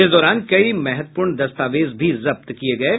इस दौरान कई महत्वपूर्ण दस्तावेज भी जब्त किये गये हैं